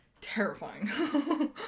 terrifying